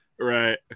right